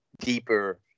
deeper